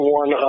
one